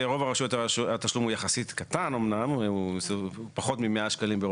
ברוב הרשויות, פחות מ-100 שקלים.